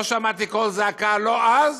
לא שמעתי קול זעקה, לא אז,